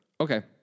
Okay